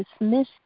dismiss